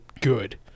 good